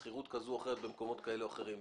גם אם תידרש שכירוּת כזו או אחרת במקומות כאלה או אחרים.